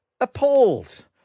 appalled